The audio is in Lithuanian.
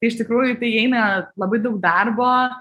iš tikrųjų į tai įeina labai daug darbo